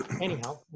anyhow